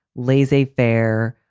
laissez faire,